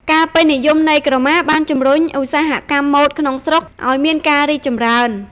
ការពេញនិយមនៃក្រមាបាន ជំរុញឧស្សាហកម្មម៉ូដក្នុងស្រុក ឲ្យមានការរីកចម្រើន។